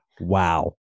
wow